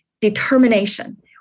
Determination